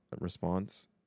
response